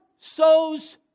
sows